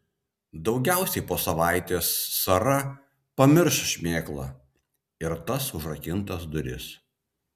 daugiausiai po savaitės sara pamirš šmėklą ir tas užrakintas duris